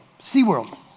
SeaWorld